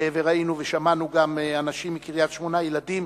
ראינו ושמענו גם אנשים מקריית-שמונה, ילדים,